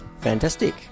Fantastic